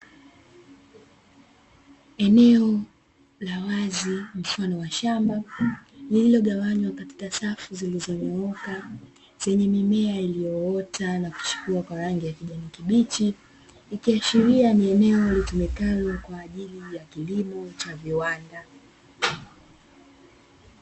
Eneo la wazi mfano wa shamba lililoganwanywa katika safu zilizonyooka, zenye mimea iliyoota na kuchipua kwa rangi ya kijani kibichi, ikiashiria ni eneo litumikalo kwa ajili ya kilimo cha viwanda.